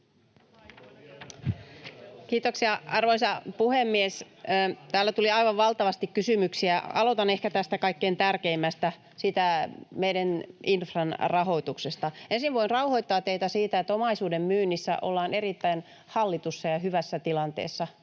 Kiitoksia, arvoisa puhemies! Täällä tuli aivan valtavasti kysymyksiä. Aloitan ehkä tästä kaikkein tärkeimmästä, meidän inframme rahoituksesta. Ensin voin rauhoittaa teitä siitä, että omaisuuden myynnissä ollaan erittäin hallitussa ja hyvässä tilanteessa.